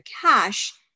cash